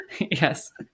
yes